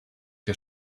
der